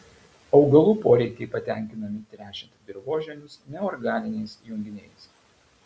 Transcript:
augalų poreikiai patenkinami tręšiant dirvožemius neorganiniais junginiais